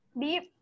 deep